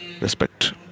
respect